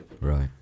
Right